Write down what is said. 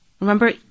remember